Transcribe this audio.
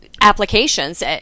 applications